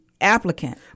applicant